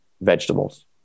vegetables